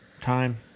time